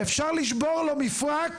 אפשר לשבור לו מפרק